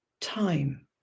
Time